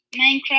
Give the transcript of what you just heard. minecraft